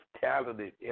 talented